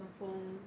my phone